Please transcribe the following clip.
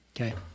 Okay